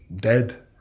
dead